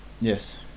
Yes